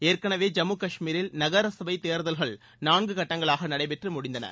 ஏற்கனவே ஜம்மு கஷ்மீரில் நகர சபை தேர்தல்கள் நான்கு கட்டங்களாக நடைபெற்று முடிந்தன